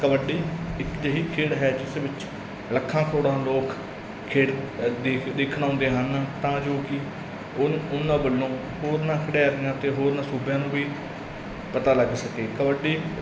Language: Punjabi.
ਕਬੱਡੀ ਇੱਕ ਅਜਿਹੀ ਖੇਡ ਹੈ ਜਿਸ ਵਿੱਚ ਲੱਖਾਂ ਕਰੋੜਾਂ ਲੋਕ ਖੇਡ ਦੇਖਣ ਆਉਂਦੇ ਹਨ ਤਾਂ ਜੋ ਕਿ ਉਹ ਉਹਨਾਂ ਵੱਲੋਂ ਉਹਨਾਂ ਖਿਡਾਰੀਆਂ ਅਤੇ ਹੋਰਨਾਂ ਸੂਬਿਆਂ ਨੂੰ ਵੀ ਪਤਾ ਲੱਗ ਸਕੇ ਕਬੱਡੀ